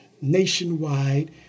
nationwide